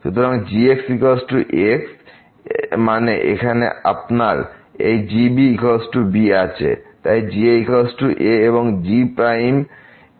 সুতরাং g x x মানে এখানে আপনার এই g b b আছে এবং এই g a a এবং g এখানে মাত্র 1 হবে